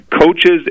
coaches